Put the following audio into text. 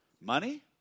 Money